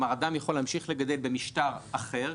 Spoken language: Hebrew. כלומר אדם יכול להמשיך לגדל במשטר אחר,